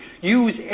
Use